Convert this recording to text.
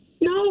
No